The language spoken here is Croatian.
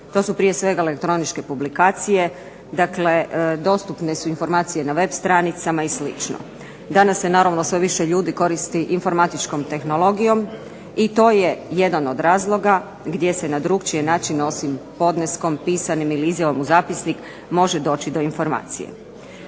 to su prije svega elektroničke publikacije, dakle dostupne su informacije na web stranicama i slično. Danas se naravno sve više ljudi koristi informatičkom tehnologijom i to je jedan od razloga gdje se na drugačije načine osim podneskom pisanim ili izjavom u zapisnik može doći do informacije.